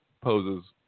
poses